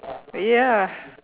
ya